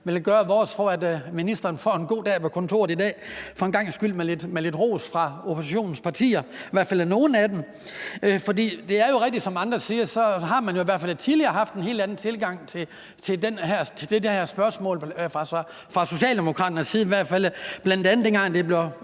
side gøre vores for, at ministeren får en god dag på kontoret i dag, for en gangs skyld med lidt ros fra oppositionens partier, i hvert fald fra nogle af dem. For det er jo rigtigt, som andre siger, at man i hvert fald tidligere har haft en helt anden tilgang til det her spørgsmål fra Socialdemokraternes side, bl.a. dengang et lignende